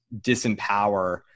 disempower